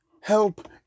help